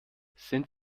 sind